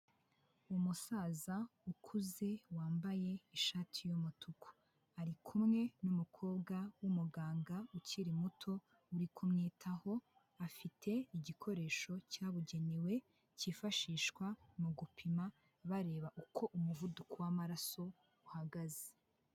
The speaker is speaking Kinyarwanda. Umusaza ukuze wambaye ishati y'umutuku, ari kumwe n'umukobwa w'umuganga ukiri muto, ari kumwitaho afite igikoresho cyabugenewe kifashishwa mu gupima bareba uko umuvuduko w'amaraso uhagaze.